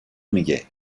میگه